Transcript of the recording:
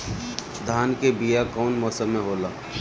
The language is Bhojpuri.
धान के बीया कौन मौसम में होला?